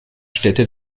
städte